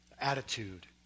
attitude